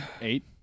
eight